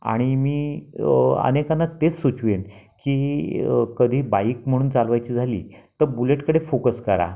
आणि मी अनेकांना तेच सुचवेन की कधी बाईक म्हणून चालवायची झाली तर बुलेटकडे फोकस करा